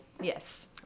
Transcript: Yes